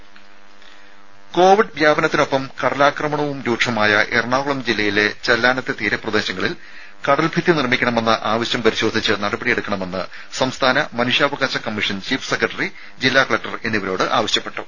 രേര കോവിഡ് വ്യാപത്തിനൊപ്പം കടലാക്രമണവും രൂക്ഷമായ എറണാകുളം ജില്ലയിലെ ചെല്ലാനത്തെ തീരപ്രദേശങ്ങളിൽ കടൽഭിത്തി നിർമ്മിക്കണമെന്ന ആവശ്യം പരിശോധിച്ച് നടപടിയെടുക്കണമെന്ന് സംസ്ഥാന മനുഷ്യാവകാശ കമ്മീഷൻ ചീഫ് സെക്രട്ടറി ജില്ലാ കലക്ടർ എന്നിവരോട് ആവശ്യപ്പെട്ടു